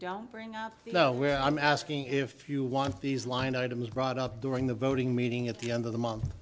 don't bring up you know well i'm asking if you want these line items brought up during the voting meeting at the end of the month